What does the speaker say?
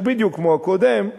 שהוא בדיוק כמו הקודם,